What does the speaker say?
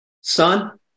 son